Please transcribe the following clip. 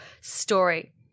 story